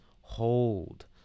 hold